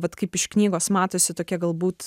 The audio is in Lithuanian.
vat kaip iš knygos matosi tokia galbūt